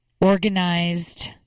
organized